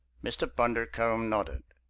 mr. bundercombe nodded.